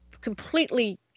completely